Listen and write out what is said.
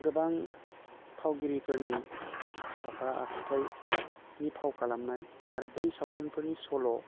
गोबां फावगिरिफोरनि आखा फाखा आखुथाइनि फाव खालामनाय आरो बै सावथुनफोरनि सल'